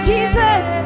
Jesus